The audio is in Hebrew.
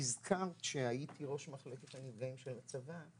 את הזכרת שהייתי ראש מחלקת הנפגעים של הצבא,